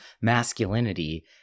masculinity